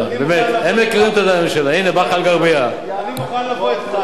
אני מוכן לבוא אתך.